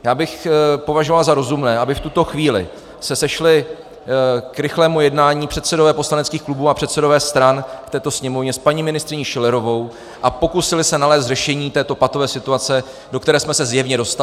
Já bych považoval za rozumné, aby se v tuto chvíli sešli k rychlému jednání předsedové poslaneckých klubů a předsedové stran v této Sněmovně s paní ministryní Schillerovou a pokusili se nalézt řešení této patové situace, do které jsme se zjevně dostali.